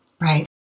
Right